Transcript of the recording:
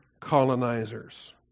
colonizers